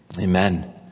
Amen